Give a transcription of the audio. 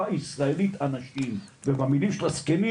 הישראלית אנשים ובמילים של הזקנים